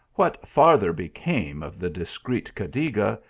what farther became of the discreet cadiga,